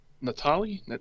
Natalie